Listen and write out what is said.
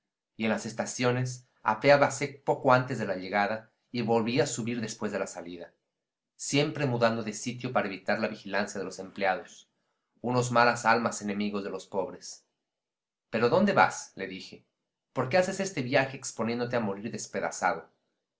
y en las estaciones apeábase poco antes de la llegada y volvía a subir después de la salida siempre mudando de sitio para evitar la vigilancia de los empleados unos malas almas enemigos de los pobres pero dónde vas le dije por qué haces este viaje exponiéndote a morir despedazado